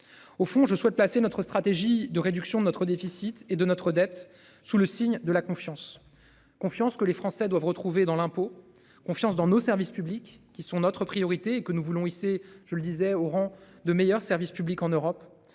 Au fond je souhaite placer notre stratégie de réduction de notre déficit et de notre dette sous le signe de la confiance, confiance que les Français doivent retrouver dans l'impôt, confiance dans nos services publics qui sont notre priorité et que nous voulons hissé, je le disais au rang de meilleur service public en Europe,